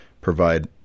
provide